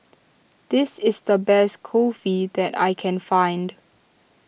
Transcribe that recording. this is the best Kulfi that I can find